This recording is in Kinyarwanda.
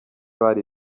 bari